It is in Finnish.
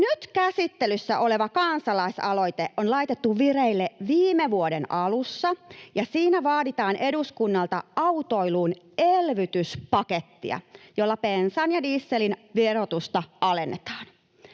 Nyt käsittelyssä oleva kansalaisaloite on laitettu vireille viime vuoden alussa, ja siinä vaaditaan eduskunnalta autoilun elvytyspakettia, jolla bensan ja dieselin verotusta alennetaan.